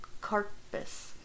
carpus